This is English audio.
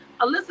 Alyssa